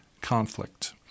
conflict